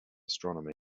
astronomy